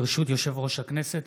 ברשות יושב-ראש הכנסת,